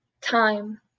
Time